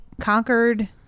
conquered